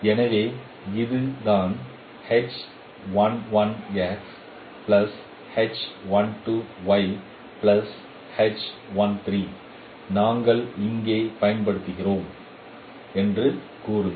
எனவே இதுதான் நாங்கள் இங்கு பயன்படுத்துகிறோம் என்று கூறுங்கள்